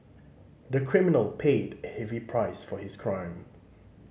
the criminal paid a heavy price for his crime